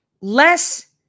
less